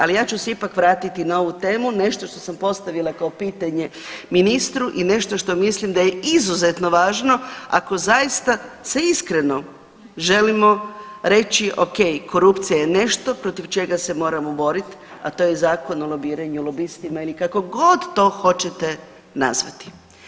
Ali ja ću se ipak vratiti na ovu temu, nešto što sam postavila kao pitanje ministru i nešto što mislim da je izuzetno važno ako zaista se iskreno želimo reći ok, korupcija je nešto protiv čega se moramo boriti, a to je Zakon o lobiranju i lobistima ili kako god to hoćete nazvati.